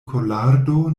kolardo